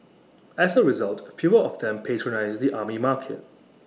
as A result fewer of them patronise the Army Market